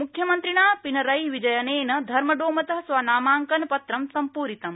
मुख्यमन्त्रिणा पिनरई विजयनेन धर्मडोमत स्व नामाकन पत्रम् पूरितम्